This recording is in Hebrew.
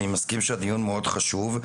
אני מסכים שהדיון הוא מאוד חשוב.